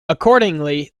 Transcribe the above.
accordingly